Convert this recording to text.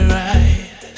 right